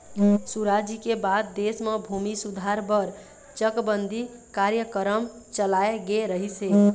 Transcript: सुराजी के बाद देश म भूमि सुधार बर चकबंदी कार्यकरम चलाए गे रहिस हे